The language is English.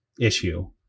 issue